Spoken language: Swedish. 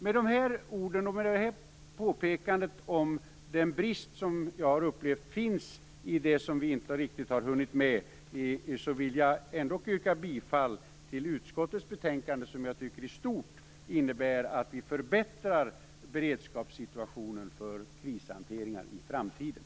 Med dessa ord, och med detta påpekande om den brist som jag har upplevt finns i det som vi inte riktigt har hunnit med, yrkar jag ändock bifall till utskottets hemställan. Jag tycker att det i stort innebär att vi förbättrar beredskapssituationen för krishanteringar i framtiden.